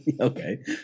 Okay